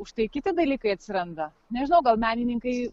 užtai kiti dalykai atsiranda nežinau gal menininkai